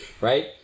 Right